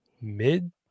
mid-